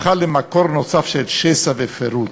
והפכה למקור נוסף של שסע ופירוד: